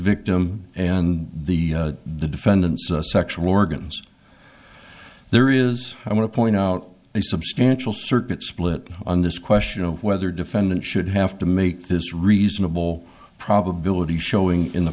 victim and the defendant's a sexual organs there is i want to point out a substantial circuit split on this question of whether defendant should have to make this reasonable probability showing in the